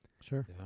Sure